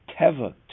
teva